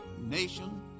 nation